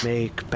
Make